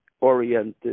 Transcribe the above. oriented